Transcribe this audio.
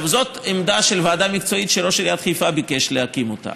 זו עמדה של ועדה מקצועית שראש עירית חיפה ביקש להקים אותה.